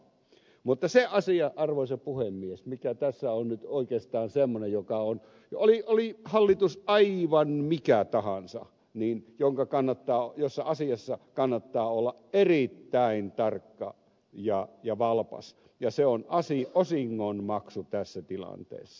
mutta se asia arvoisa puhemies mikä tässä on nyt oikeastaan semmonen joka on puoli oli hallitus tai hiivan mikä tahansa niin joka kannattaa myös jossa kannattaa olla erittäin tarkka ja valpas oli hallitus aivan mikä tahansa on osingonmaksu tässä tilanteessa